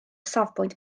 safbwynt